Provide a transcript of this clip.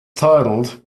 titled